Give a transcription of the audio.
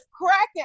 cracking